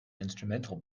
instrumental